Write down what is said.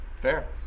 fair